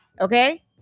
Okay